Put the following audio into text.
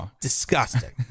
disgusting